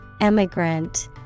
Emigrant